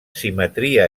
simetria